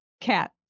Cat